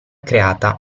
creata